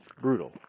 brutal